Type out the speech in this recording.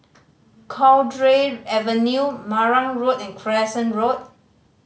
Cowdray Avenue Marang Road and Crescent Road